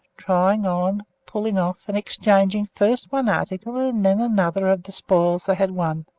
trying on, putting off, and exchanging first one article and then another of the spoils they had won.